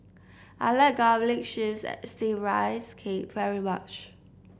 I like Garlic Chives Steamed Rice Cake very much